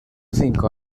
cinco